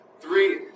three